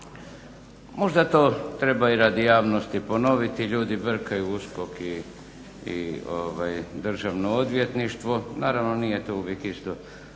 Možda to treba i radi javnosti ponoviti. Ljudi brkaju USKOK i Državno odvjetništvo. Naravno nije to uvijek isto.